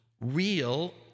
real